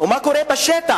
ומה קורה בשטח.